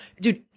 dude